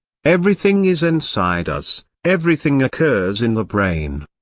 everything is inside us everything occurs in the brain.